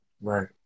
Right